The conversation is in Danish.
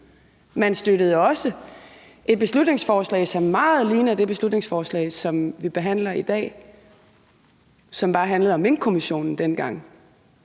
Man støttede også et beslutningsforslag, som meget ligner det beslutningsforslag, som vi behandler i dag, og som dengang bare handlede om Minkkommissionen.